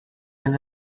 din